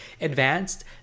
advanced